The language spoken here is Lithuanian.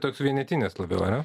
toks vienetinis labiau ane